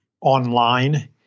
online